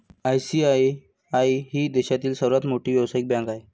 ICICI ही देशातील सर्वात मोठी व्यावसायिक बँक आहे